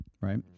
right